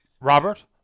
Robert